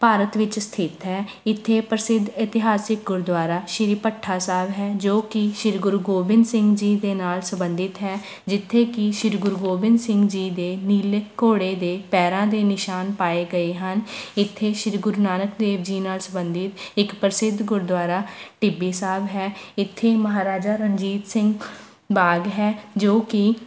ਭਾਰਤ ਵਿੱਚ ਸਥਿਤ ਹੈ ਇੱਥੇ ਪ੍ਰਸਿੱਧ ਇਤਿਹਾਸਿਕ ਗੁਰਦੁਆਰਾ ਸ਼੍ਰੀ ਭੱਠਾ ਸਾਹਿਬ ਹੈ ਜੋ ਕਿ ਸ਼੍ਰੀ ਗੁਰੂ ਗੋਬਿੰਦ ਸਿੰਘ ਜੀ ਦੇ ਨਾਲ ਸੰਬੰਧਿਤ ਹੈ ਜਿੱਥੇ ਕਿ ਸ਼੍ਰੀ ਗੁਰੂ ਗੋਬਿੰਦ ਸਿੰਘ ਜੀ ਦੇ ਨੀਲੇ ਘੋੜੇ ਦੇ ਪੈਰਾਂ ਦੇ ਨਿਸ਼ਾਨ ਪਾਏ ਗਏ ਹਨ ਇੱਥੇ ਸ਼੍ਰੀ ਗੁਰੂ ਨਾਨਕ ਦੇਵ ਜੀ ਨਾਲ ਸੰਬੰਧਿਤ ਇੱਕ ਪ੍ਰਸਿੱਧ ਗੁਰਦੁਆਰਾ ਟਿੱਬੀ ਸਾਹਿਬ ਹੈ ਇੱਥੇ ਮਹਾਰਾਜਾ ਰਣਜੀਤ ਸਿੰਘ ਬਾਗ ਹੈ ਜੋ ਕਿ